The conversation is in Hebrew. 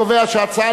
להצעה